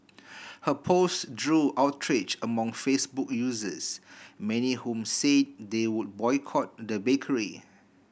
her post drew outrage among Facebook users many whom said they would boycott the bakery